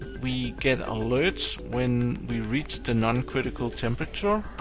we get alerts when we reach the non-critical temperature.